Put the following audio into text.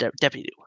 deputy